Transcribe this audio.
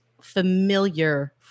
familiar